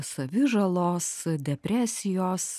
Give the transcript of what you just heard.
savižalos depresijos